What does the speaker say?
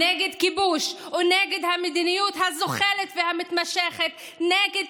נגד כיבוש ונגד המדיניות הזוחלת והמתמשכת נגד